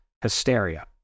hysteria